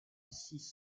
six